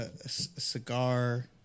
Cigar